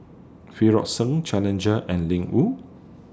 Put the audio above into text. Frixion Challenger and Ling Wu